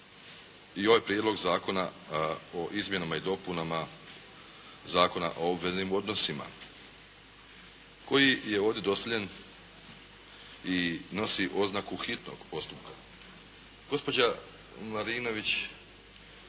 i ovaj Prijedlog zakona o izmjenama i dopunama Zakona o obveznim odnosima koji je ovdje dostavljen i nosi oznaku hitnog postupka.